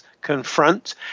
confront